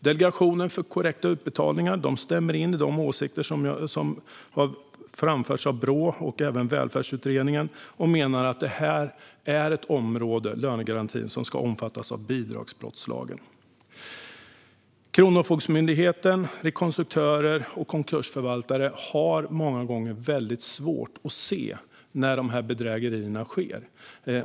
Delegationen för korrekta utbetalningar stämmer in i de synpunkter som har framförts av Brå och Välfärdsutredningen och menar att lönegarantin är ett område som ska omfattas av bidragsbrottslagen. Kronofogdemyndigheten, rekonstruktörer och konkursförvaltare har många gånger svårt att se när dessa bedrägerier sker.